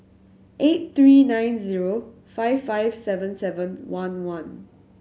eight three nine zero five five seven seven one one